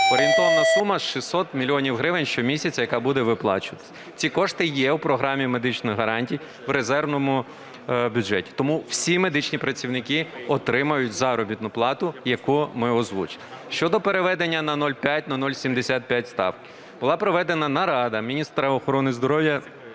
орієнтовна сума 600 мільйонів гривень щомісяця, яка буде виплачуватися. Ці кошти є в Програмі медичних гарантій в резервному бюджеті, тому всі медичні працівники отримають заробітну плату, яку ми озвучили. Щодо переведення на 0,5, на 0,75 ставки. Була проведена нарада міністра охорони здоров'я